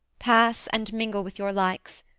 pass, and mingle with your likes.